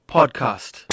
Podcast